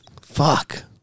Fuck